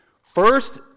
First